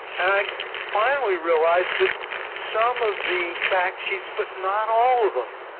i finally realized that some of the fact sheets, but not all of them,